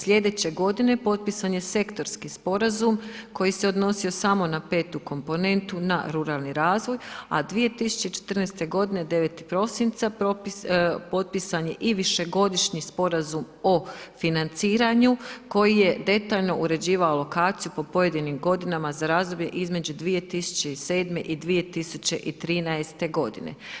Slijedeće godine potpisan je sektorski sporazum koji se odnosio samo na 5. komponentu, na ruralni razvoj, a 2014. godine 9. prosinca potpisan je i višegodišnji sporazum o financiranju koji je detaljno uređivao lokaciju po pojedinim godinama za razdoblje između 2007. i 2013. godine.